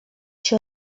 się